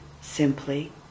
simply